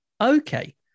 Okay